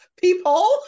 people